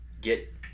get